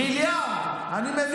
14 מיליארד, מיליארד, לא מיליון.